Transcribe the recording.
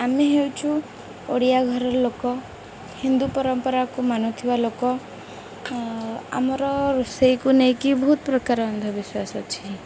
ଆମେ ହେଉଛୁ ଓଡ଼ିଆ ଘରର ଲୋକ ହିନ୍ଦୁ ପରମ୍ପରାକୁ ମାନୁଥିବା ଲୋକ ଆମର ରୋଷେଇକୁ ନେଇକି ବହୁତ ପ୍ରକାର ଅନ୍ଧବିଶ୍ୱାସ ଅଛି